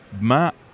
Matt